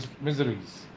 miseries